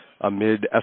amid